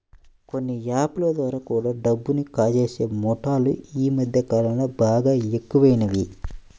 కొన్ని యాప్ ల ద్వారా కూడా డబ్బుని కాజేసే ముఠాలు యీ మద్దె కాలంలో బాగా ఎక్కువయినియ్